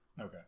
okay